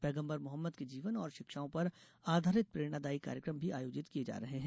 पेगम्बर मोहम्मद के जीवन और शिक्षाओं पर आधारित प्रेरणादायी कार्यक्रम भी आयोजित किये जा रहे हैं